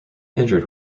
injured